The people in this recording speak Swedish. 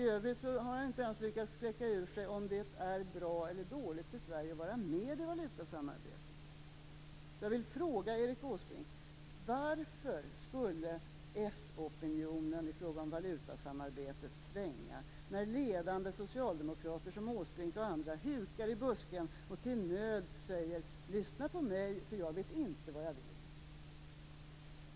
I övrigt har han inte ens lyckats kläcka ur sig om det är bra eller dåligt för Sverige att vara med i valutasamarbetet. Jag vill ställa en fråga till Erik Åsbrink. Varför skulle den socialdemokratiska opinionen i fråga om valutasamarbetet svänga när ledande socialdemokrater som Erik Åsbrink och andra hukar i busken och till nöds säger: Lyssna på mig, eftersom jag inte vet vad jag vill.